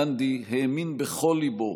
גנדי האמין בכל ליבו